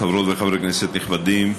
חברות וחברי כנסת נכבדים,